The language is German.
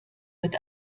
wird